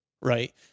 Right